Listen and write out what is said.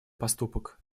поступок